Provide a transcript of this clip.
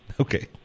Okay